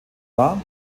war